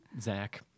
Zach